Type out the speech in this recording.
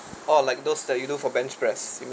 or like those that you do for bench press